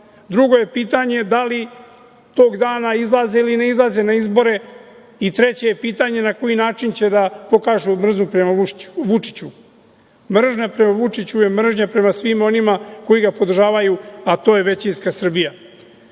drugo je pitanje da li tog dana izlaze ili ne izlaze na izbore i treće je pitanje na koji način će da pokažu mržnju prema Vučiću. Mržnja prema Vučiću je mržnja prema svima onima koji ga podržavaju, a to je većinska